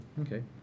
Okay